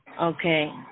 okay